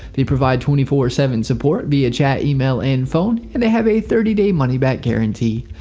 they provide twenty four seven support via chat, email, and phone. and they have a thirty day money back guarantee.